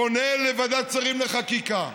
פונה לוועדת שרים לחקיקה,